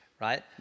right